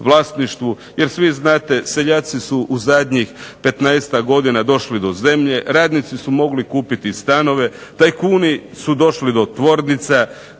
vlasništvu, jer svi znate seljaci su u zadnjih petnaestak godina došli do zemlje, radnici su mogli kupiti stanove, tajkuni su došli do tvornica,